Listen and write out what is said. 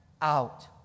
out